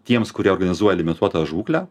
tiems kurie organizuoja limituotą žūklę